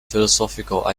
philosophical